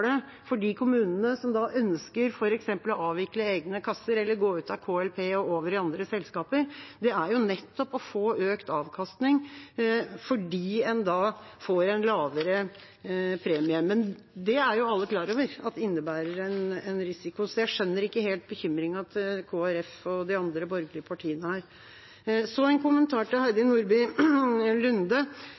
for de kommunene som ønsker å f.eks. avvikle egne kasser eller gå ut av KLP og over i andre selskaper, er nettopp å få økt avkastning fordi en da får en lavere premie. Men det er alle klar over at innebærer en risiko, så jeg skjønner ikke helt bekymringen til Kristelig Folkeparti og de andre borgerlige partiene her. Så en kommentar til Heidi Nordby Lunde